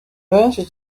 benshi